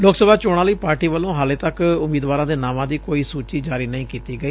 ਲੋਕ ਸਭਾ ਚੋਣਾਂ ਲਈ ਪਾਰਟੀ ਵਲੋਂ ਹਾਲੇ ਤੱਕ ਉਮੀਦਵਾਰਾਂ ਦੇ ਨਾਂਵਾਂ ਦੀ ਕੋਈ ਸੂਚੀ ਜਾਰੀ ਨਹੀਂ ਕੀਤੀ ਗਈ